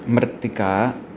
मृत्तिका